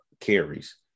carries